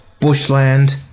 bushland